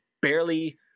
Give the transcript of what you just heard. barely